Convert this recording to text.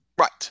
right